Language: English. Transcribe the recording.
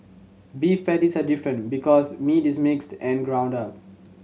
beef patties are different because meat is mixed and ground up